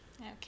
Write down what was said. Okay